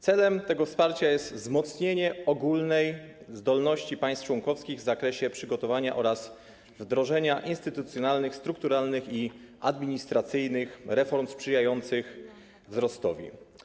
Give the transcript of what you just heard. Celem tego wsparcia jest wzmocnienie ogólnej zdolności państw członkowskich w zakresie przygotowania oraz wdrożenia instytucjonalnych, strukturalnych i administracyjnych reform sprzyjających wzrostowi.